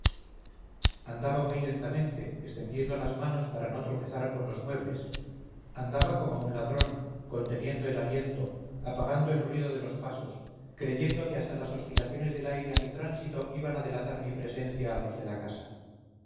andaba muy lentamente extendiendo las manos para no tropezar con los muebles andaba como un ladrón conteniendo el aliento apagando el ruido de los pasos creyendo que hasta las oscilaciones del aire a mi tránsito iban a delatar mi presencia a los de la casa